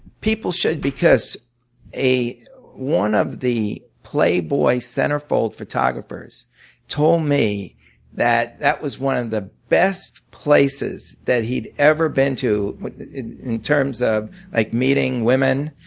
people should because one of the playboy centerfold photographers told me that that was one of the best places that he'd ever been to in terms of like meeting women.